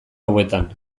hauetan